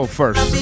first